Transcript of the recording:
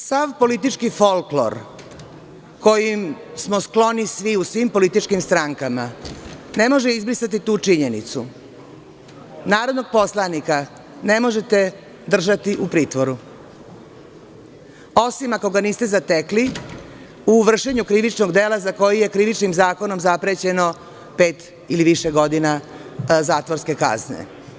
Sav politički folklor kojem smo skloni svi u svim političkim strankama ne može izbrisati tu činjenicu, narodnog poslanika ne možete držati u pritvoru osim ako ga niste zatekli u vršenju krivičnog dela za koje je Krivičnim zakonom zaprećeno pet ili više godina zatvorske kazne.